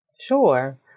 Sure